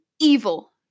evil